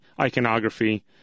iconography